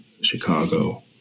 Chicago